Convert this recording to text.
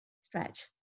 stretch